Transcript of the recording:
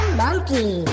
monkey